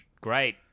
great